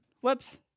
whoops